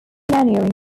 maneuvering